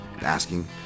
asking